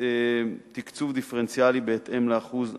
ובתקצוב דיפרנציאלי בהתאם לאחוז הנושרים.